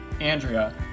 Andrea